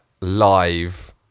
live